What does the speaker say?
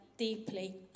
deeply